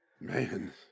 man